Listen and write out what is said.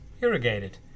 Irrigated